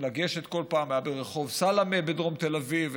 לגשת כל פעם היה ברחוב סלמה בדרום תל אביב,